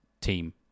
team